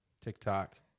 TikTok